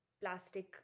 plastic